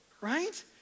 Right